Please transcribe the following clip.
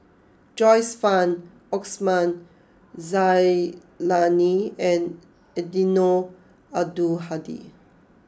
Joyce Fan Osman Zailani and Eddino Abdul Hadi